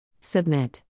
Submit